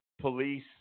police